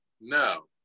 No